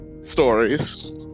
stories